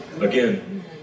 Again